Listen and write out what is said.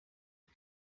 and